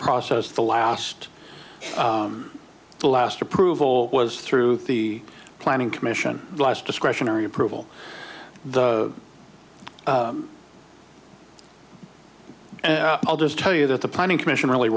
process the last the last approval was through the planning commission last discretionary approval the and i'll just tell you that the planning commission really